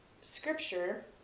scripture